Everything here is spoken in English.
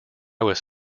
was